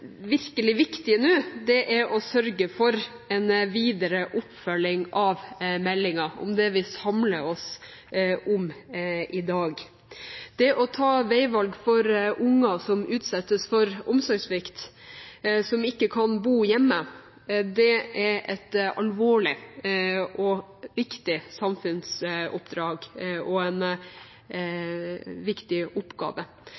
virkelig viktige nå er å sørge for en videre oppfølging av meldingen, om det vi samler oss om i dag. Det å ta veivalg for unger som utsettes for omsorgssvikt, som ikke kan bo hjemme, er et alvorlig og viktig samfunnsoppdrag og en